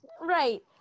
Right